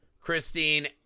Christine